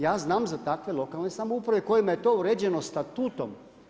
Ja znam za takve lokalne samouprave, kojima je to uređeno statutom.